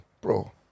Bro